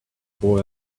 boy